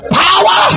power